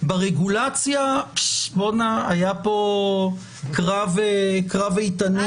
ברגולציה היה פה קרב איתנים,